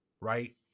right